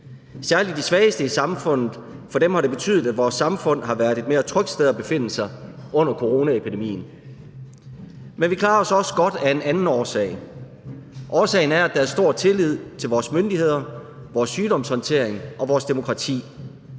særlig de svageste i samfundet har det betydet, at vores samfund har været et mere trygt sted at befinde sig under coronaepidemien. Men vi klarer os også godt af en anden årsag. Årsagen er, at der er stor tillid til vores myndigheder, vores sygdomshåndtering og vores demokrati